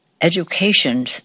Education